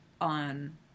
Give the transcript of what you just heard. on